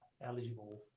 eligible